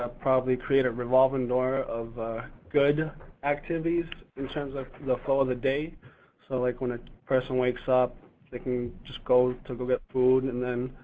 ah probably create a revolving door of good activities in terms of the flow of the day so, like, when a person wakes up, they can just go to go get food and then,